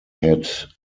had